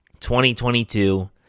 2022